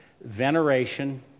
veneration